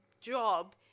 job